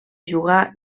jugar